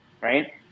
Right